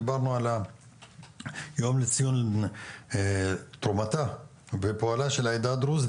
דיברנו על יום לציון תרומתה ופועלה של העדה הדרוזית,